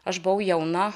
aš buvau jauna